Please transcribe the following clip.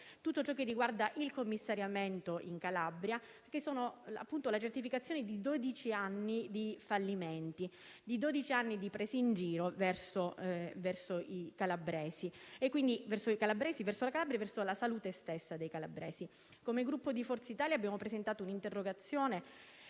tutto ciò che riguarda il commissariamento in Calabria, che è la certificazione di dodici anni di fallimenti, di dodici anni di prese in giro verso i calabresi, verso la Calabria e verso la salute stessa dei calabresi. Come Gruppo Forza Italia abbiamo presentato un'interrogazione,